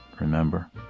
Remember